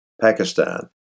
pakistan